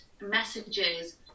messages